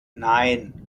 nein